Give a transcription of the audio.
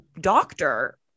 doctor